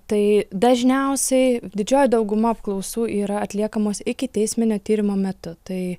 tai dažniausiai didžioji dauguma apklausų yra atliekamos ikiteisminio tyrimo metu tai